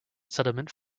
settlement